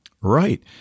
Right